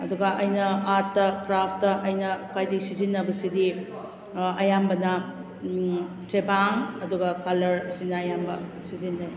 ꯑꯗꯨꯒ ꯑꯩꯅ art craft ꯑꯩꯅ ꯈ꯭ꯋꯥꯏꯗꯩ ꯁꯤꯖꯤꯟꯅꯕꯁꯤꯗꯤ ꯑꯌꯥꯝꯕꯅ ꯆꯦꯕꯥꯡ ꯑꯗꯨꯒ ꯀꯂꯔ ꯁꯤꯅ ꯑꯌꯥꯝꯕ ꯁꯤꯖꯤꯟꯅꯩ